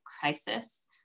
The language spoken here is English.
crisis